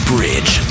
Bridge